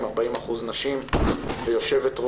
עם 40% נשים ויושבת-ראש,